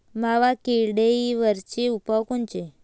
मावा किडीवरचे उपाव कोनचे?